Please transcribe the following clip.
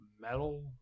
metal